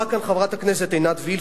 אמרה כאן חברת הכנסת עינת וילף,